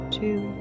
two